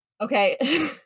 Okay